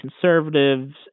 conservatives